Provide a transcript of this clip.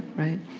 right?